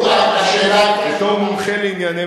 אתה שואל אותי בתור מוסלמי?